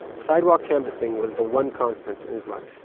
sidewalk canvassing was the one constant in his life.